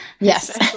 Yes